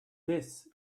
this